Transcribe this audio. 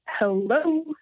Hello